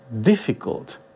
difficult